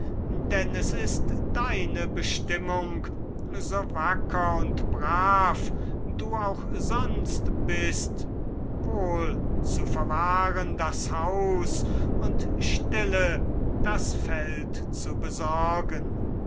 denn es ist deine bestimmung so wacker und brav du auch sonst bist wohl zu verwahren das haus und stille das feld zu besorgen